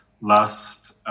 last